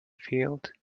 field